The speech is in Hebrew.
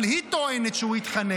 אבל היא טוענת שהוא התחנך.